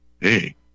hey